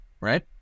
right